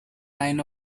nine